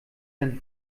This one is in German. dein